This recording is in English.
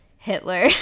hitler